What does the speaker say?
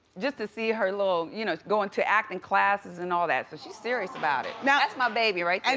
just to see her, little, you know going to acting classes and all that. so she's serious about it. yeah that's my baby right and